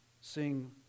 sing